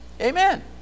Amen